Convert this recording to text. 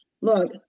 look